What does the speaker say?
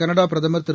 Canada பிரதமர் திரு